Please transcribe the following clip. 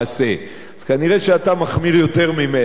אז כנראה שאתה מחמיר יותר ממנו בעניין הזה,